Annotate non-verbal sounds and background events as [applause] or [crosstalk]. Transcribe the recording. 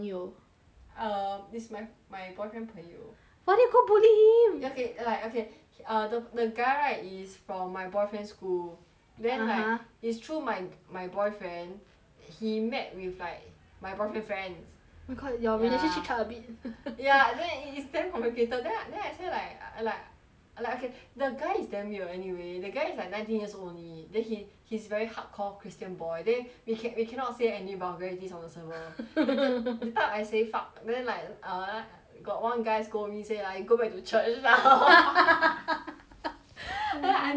uh is my my boyfriend 朋友 why you go bully him okay like okay the the guy right is from my boyfriend school (uh huh) then like it's through my my boyfriend he met with like my boyfriend friends oh my god your ya relationship chart a bit [laughs] ya then it is damn complicated then I then I swear like like like okay the guy is damn weird anyway the guy is nineteen years old only then he he's very hardcore christian boy then we can we cannot say any vulgarities on the server [laughs] that time I say fuck then like uh got one guy scold me say ah you go back to church now [laughs] then dude I don't know